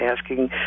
asking